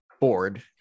board